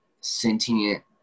sentient